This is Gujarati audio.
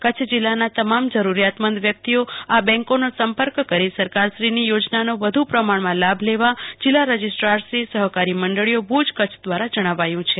કચ્છ જિલ્લાના તમામ જરૂરિયાતમંદ વ્યકિતઓ આ બેંકોનો સંપર્ક કરી સરકારશ્રીની યોજનાનો વધુ પ્રમાણમાં લાભ લેવા જિલ્લા રજીસ્ટ્રારશ્રી સહકારી મંડળીઓ ભુજ કચ્છ દ્વારા જણાવાયું છે